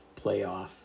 playoff